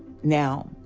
now,